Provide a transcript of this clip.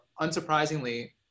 unsurprisingly